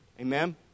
Amen